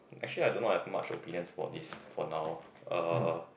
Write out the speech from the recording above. actually I do not have much opinions for this for now uh